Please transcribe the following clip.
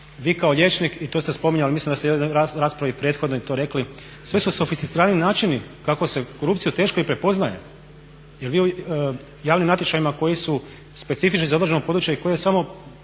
Vi kao liječnik i tu ste spominjali, mislim da ste u raspravi prethodnoj to rekli sve su sofisticiraniji načini kako se korupciju teško i prepoznaje. Jer vi javnim natječajima koji su specifični za određeno područje i koje je